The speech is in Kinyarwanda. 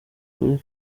kuri